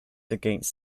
against